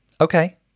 Okay